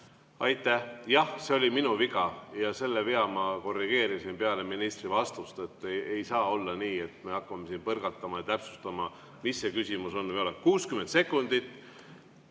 Aitäh! Jah, see oli minu viga ja selle vea ma korrigeerisin peale ministri vastust. Ei saa olla nii, et me hakkame põrgatama ja täpsustama, mis see küsimus on. 60 sekundit